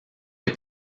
est